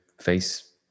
face